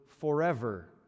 forever